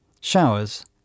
showers